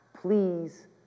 please